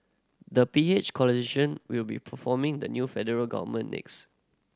the P H coalition will be forming the new federal government next